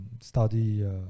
study